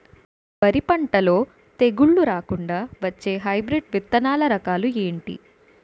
వరి పంటలో తెగుళ్లు రాకుండ వచ్చే హైబ్రిడ్ విత్తనాలు రకాలు ఏంటి?